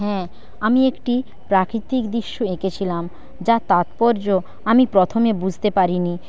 হ্যাঁ আমি একটি প্রাকৃতিক দৃশ্য এঁকেছিলাম যার তাৎপর্য আমি প্রথমে বুঝতে পারি নি